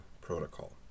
protocol